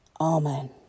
Amen